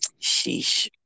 Sheesh